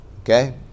Okay